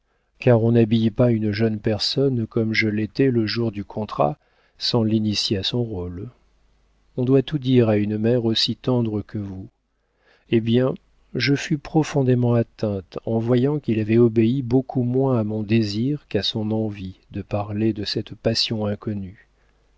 car on n'habille pas une jeune personne comme je l'étais le jour du contrat sans l'initier à son rôle on doit tout dire à une mère aussi tendre que vous eh bien je fus profondément atteinte en voyant qu'il avait obéi beaucoup moins à mon désir qu'à son envie de parler de cette passion inconnue